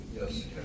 Yes